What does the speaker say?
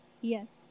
Yes